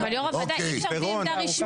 אבל, יו"ר הוועדה, אי אפשר בלי עמדה רשמית.